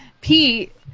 pete